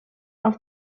auf